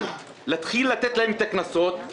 כמו שהוא מדבר על החקלאים אני מדבר על היישובים הדרוזים,